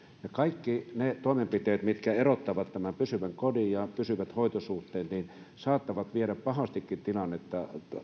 ja kaikki ne toimenpiteet mitkä erottavat tämän pysyvän kodin ja pysyvät hoitosuhteet saattavat viedä pahastikin tilannetta